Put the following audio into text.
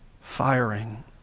firing